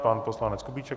Pan poslanec Kubíček.